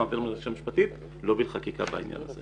מעבירים ללשכה המשפטית ועוברת חקיקה בעניין הזה.